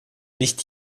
nicht